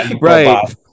Right